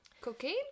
cocaine